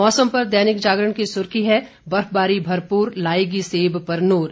मौसम पर दैनिक जागरण की सुर्खी है बर्फबारी भरपूर लाएगी सेब पर नूर